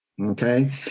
Okay